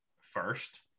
first